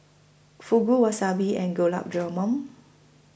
Fugu Wasabi and Gulab Jamun